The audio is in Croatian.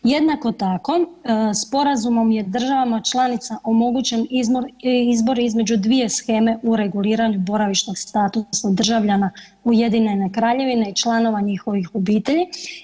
Jednako tako sporazumom je državama članicama omogućen izbor između dvije sheme u reguliranju boravišnog statusa državljana Ujedinjene Kraljevine i članova njihovih obitelji.